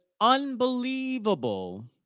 unbelievable